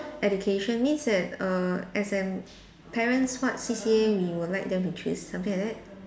education means that err as in parents what C_C_A we will like them to choose something like that